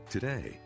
Today